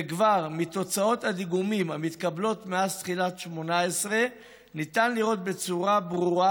וכבר מתוצאות הדיגומים המתקבלות מאז תחילת 2018 ניתן לראות בצורה ברורה